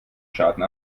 schaden